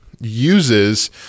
uses